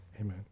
Amen